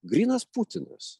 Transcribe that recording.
grynas putinas